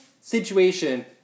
situation